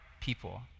people